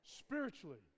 Spiritually